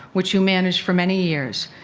which you managed for many years.